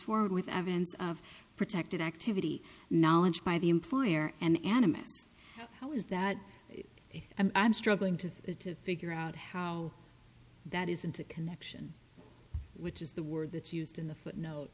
forward with evidence of protected activity knowledge by the employer and animists how is that i'm struggling to figure out how that isn't a connection which is the word that's used in the footnote